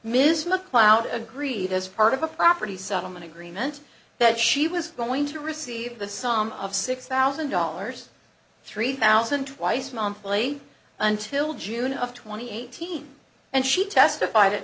miss mcleod agreed as part of a property settlement agreement that she was going to receive the sum of six thousand dollars three thousand twice monthly until june of twenty eight team and she testified at